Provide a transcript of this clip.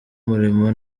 umurimo